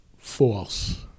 False